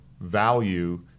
value